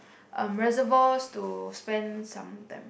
um reservoirs to spend some time